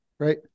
Right